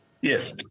Yes